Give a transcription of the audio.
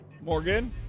Morgan